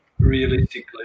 Realistically